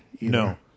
No